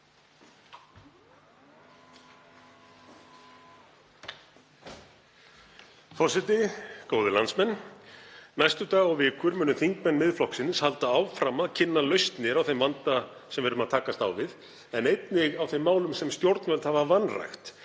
Forseti. Góðir landsmenn. Næstu daga og vikur munu þingmenn Miðflokksins halda áfram að kynna lausnir á þeim vanda sem við erum að takast á við en einnig á þeim málum sem stjórnvöld hafa vanrækt